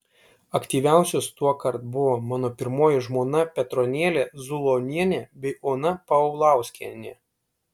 aktyviausios tuokart buvo mano pirmoji žmona petronėlė zulonienė bei ona paulauskienė